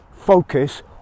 focus